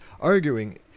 arguing